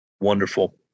Wonderful